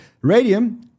Radium